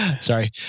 Sorry